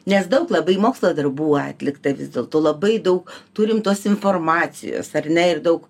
nes daug labai mokslo darbų atlikta vis dėlto labai daug turim tos informacijos ar ne ir daug